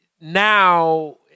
now